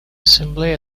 assembly